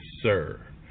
sir